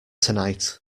tonight